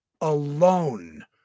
alone